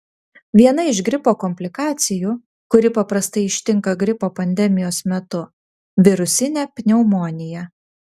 viena iš gripo komplikacijų kuri paprastai ištinka gripo pandemijos metu virusinė pneumonija